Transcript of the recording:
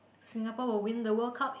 Singapore will win the World Cup